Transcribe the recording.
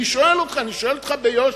אני שואל אותך, אני שואל אותך ביושר.